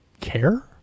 care